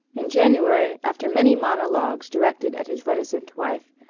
in january, after many monologues directed at his reticent wife,